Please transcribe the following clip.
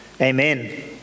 Amen